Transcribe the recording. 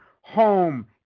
home